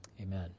amen